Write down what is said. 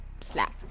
slap